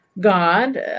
god